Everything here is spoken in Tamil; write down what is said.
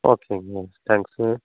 ஓகேங்க தேங்க்ஸ்ங்க